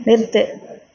நிறுத்து